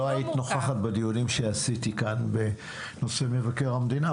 לא היית נוכחת בדיונים שעשיתי כאן בנושא מבקר המדינה,